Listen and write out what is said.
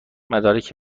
مدارک